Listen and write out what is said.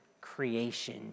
creation